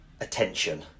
attention